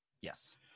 yes